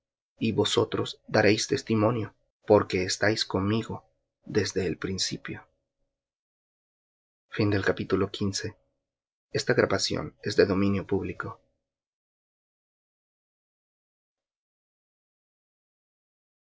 y vosotros daréis testimonio porque estáis conmigo desde el principio